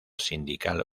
sindical